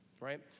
right